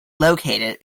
located